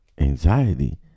anxiety